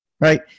right